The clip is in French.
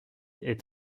est